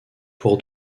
pour